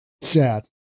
Sad